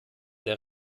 der